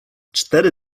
cztery